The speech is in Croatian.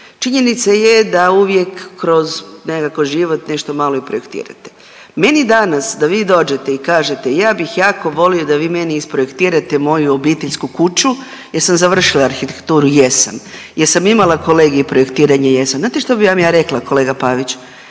Činjenica je da uvijek kroz nekako život nešto malo i projektirate. Meni danas da vi dođete i kažete ja bih jako volio da vi meni isprojektirate moju obiteljsku kuću, jel' sam završila arhitekturu – jesam, jesam imala kolegij projektiranje – jesam. Znate što bih vam ja rekla kolega Pavić?